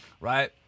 Right